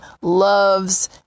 loves